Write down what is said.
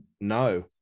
No